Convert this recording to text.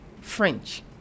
French